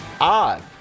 odd